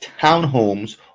townhomes